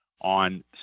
on